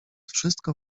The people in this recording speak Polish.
wszystko